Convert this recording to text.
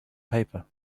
paper